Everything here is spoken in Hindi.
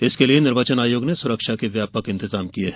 इसके लिए निर्वाचन आयोग ने सुरक्षा के व्यापक इंतजाम किये हैं